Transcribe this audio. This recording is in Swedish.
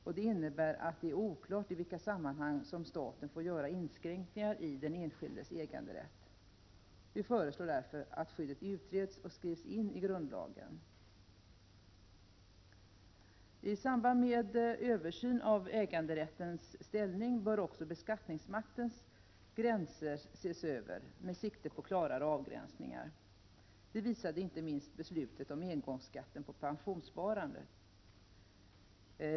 Detta innebär att det är oklart i vilka sammanhang som staten får göra inskränkningar i den enskildes äganderätt. Vi föreslår därför att skyddet utreds och skrivs in i grundlagen. I samband med en översyn av äganderättens ställning bör också beskattningsmaktens gränser ses över med sikte på klarare avgränsningar. Det visade inte minst beslutet om engångsskatten på pensionssparandet.